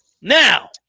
Now